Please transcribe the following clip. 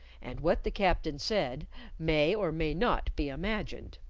and what the captain said may or may not be imagined.